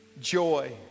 joy